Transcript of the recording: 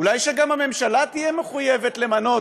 אולי שגם הממשלה תהיה מחויבת למנות